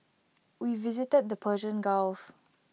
we visited the Persian gulf